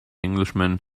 englishman